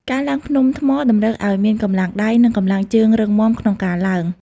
ការឡើងភ្នំថ្មតម្រូវឱ្យមានកម្លាំងដៃ និងកម្លាំងជើងរឹងមាំក្នុងការឡើង។